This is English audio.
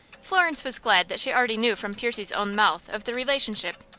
florence was glad that she already knew from percy's own mouth of the relationship,